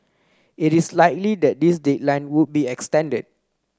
it is likely that this deadline would be extended